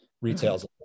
retails